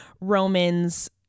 Romans